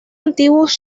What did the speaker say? antiguos